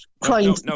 crying